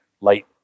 light